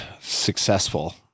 successful